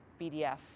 BDF